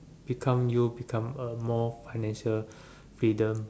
become you become a more financial freedom